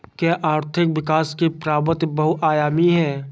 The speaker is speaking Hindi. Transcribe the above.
क्या आर्थिक विकास की प्रवृति बहुआयामी है?